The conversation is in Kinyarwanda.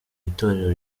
itorero